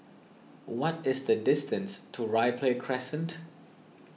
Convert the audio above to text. what is the distance to Ripley Crescent